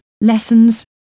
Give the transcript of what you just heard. lessons